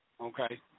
Okay